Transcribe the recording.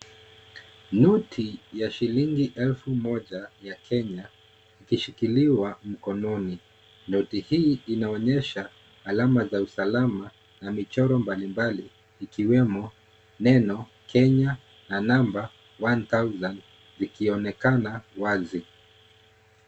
Noti ya shilingi elfu moja yake Kenya, ikishikiliwa mkononi. Noti hii inaonyesha alama za usalama na michoro mbalimbali ikiwemo neno. Kenya na namba 1000 na ikionekana wazi.